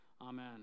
Amen